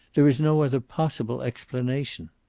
there is no other possible explanation.